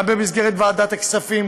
גם במסגרת ועדת הכספים,